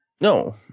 No